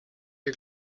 des